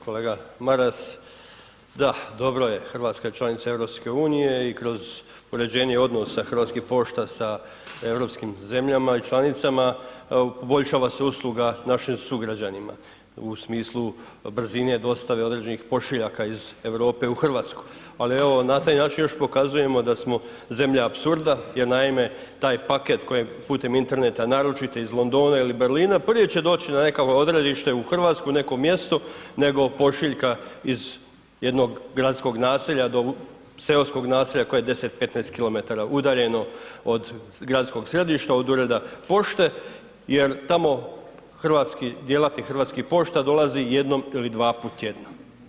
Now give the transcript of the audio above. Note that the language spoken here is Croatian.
Kolega Maras, da dobro je, RH je članica EU i kroz uređenje odnosa Hrvatskih pošta sa europskim zemljama i članicama poboljšava se usluga našim sugrađanima u smislu brzine dostave određenih pošiljaka iz Europe u RH, ali evo na taj način još pokazujemo da smo zemlja apsurda jer naime taj paket koji putem interneta naručite iz Londona ili Berlina, prije će na neko odredište u RH, neko mjesto, nego pošiljka iz jednog gradskog naselja do seoskog naselja koje je 10-15 km udaljeno od gradskog središta, od ureda pošte jer tamo hrvatski, djelatnik Hrvatskih pošta dolazi jednom ili dvaput tjedno.